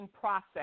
process